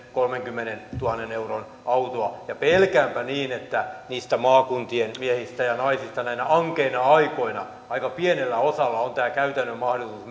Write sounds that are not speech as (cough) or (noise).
kolmenkymmenentuhannen euron autoa pelkäänpä niin että niistä maakuntien miehistä ja naisista näinä ankeina aikoina aika pienellä osalla on tämä käytännön mahdollisuus (unintelligible)